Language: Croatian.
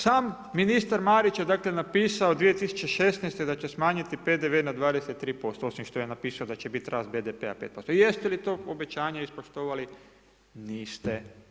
Sam ministar Marić je dakle napisao 2016. da će smanjiti PDV na 23% osim što je napisao da će biti rast BDP-a 5% jeste li to obećanje ispoštovali, niste.